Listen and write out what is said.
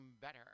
Better